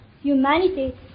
humanity